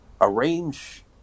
arrange